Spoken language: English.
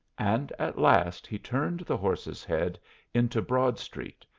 and at last he turned the horse's head into broad street,